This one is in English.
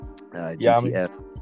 gtf